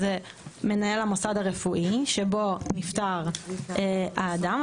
זה מנהל המוסד הרפואי שבו נפטר האדם.